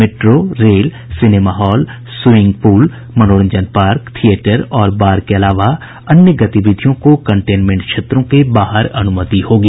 metro rail cinema hall तरणताल मनोरंजन park theatre और बार के अलावा अन्य गतिविधियों को कंटेनमेंट क्षेत्रों के बाहर अनुमति होगी